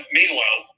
meanwhile